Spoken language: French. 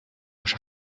cher